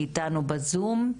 היא איתנו בזום.